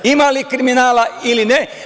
Ima li kriminala ili ne?